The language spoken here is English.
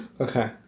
Okay